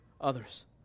others